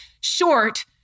short